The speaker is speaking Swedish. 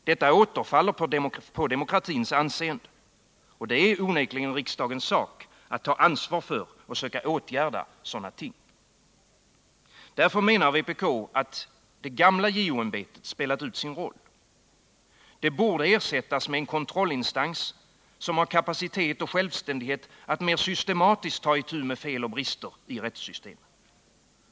Detta återfaller på demokratins anseende. Det är riksdagens sak att ta ansvar för och åtgärda sådana ting. Därför menar vpk att det gamla JO-ämbetet spelat ut sin roll. Det bör ersättas med en kontrollinstans, som har kapacitet och självständighet att mer systematiskt ta itu med fel och brister i rättssystemen.